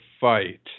fight